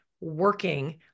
working